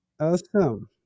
Awesome